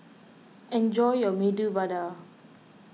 enjoy your Medu Vada